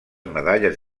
medalles